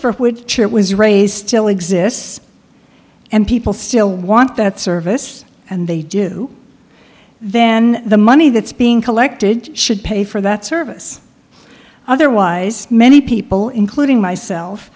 for which it was raise still exists and people still want that service and they do then the money that's being collected should pay for that service otherwise many people including myself